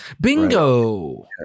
Bingo